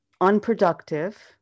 unproductive